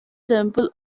temple